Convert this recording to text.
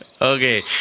Okay